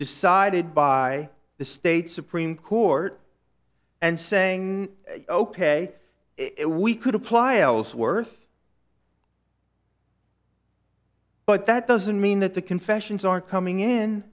decided by the state supreme court and saying ok it we could apply elsworth but that doesn't mean that the confessions aren't coming in